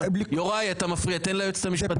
יוראי אתה מפריע, תן ליועצת המשפטית לדבר.